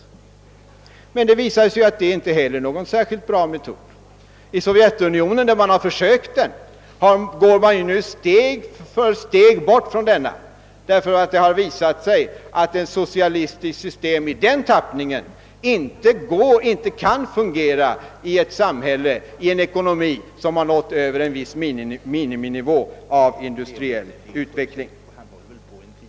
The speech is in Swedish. Men det visar sig ju att det inte heller är någon särskilt bra metod. I Sovjetunionen, där man har försökt den, går man nu steg för steg från denna, eftersom det har visat sig att ett socialistiskt system i den tappningen inte kan fungera i ett samhälle och i en ekonomi som har nått över en viss miniminivå av industriell utveckling.